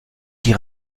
die